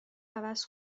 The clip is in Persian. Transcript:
عوض